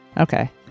Okay